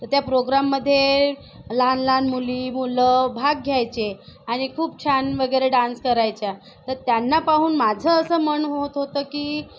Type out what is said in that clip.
तर त्या प्रोग्रॅममध्ये लहान लहान मुली मुलं भाग घ्यायचे आणि खूप छान वगैरे डान्स करायच्या तर त्यांना पाहून माझं असं मन होत होतं की